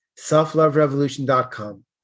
Selfloverevolution.com